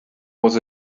was